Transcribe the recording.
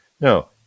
No